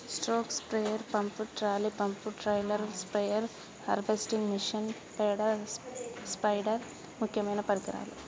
stroke sprayer pump, trolley pump, trailer spare, harvesting machine, పేడ spider ముక్యమైన పరికరాలు